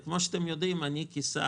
כפי שאתם יודעים, אני כשר